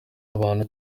abantu